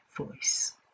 voice